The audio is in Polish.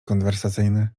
konwersacyjny